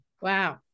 Wow